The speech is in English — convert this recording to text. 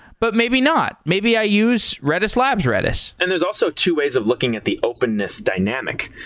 but maybe not. maybe i use redis labs redis. and there's also two ways of looking at the openness dynamic.